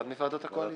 אחת מוועדות הקואליציה.